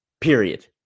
Period